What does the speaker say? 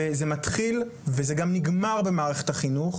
וזה מתחיל וזה גם נגמר במערכת החינוך,